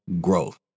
growth